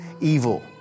evil